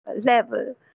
level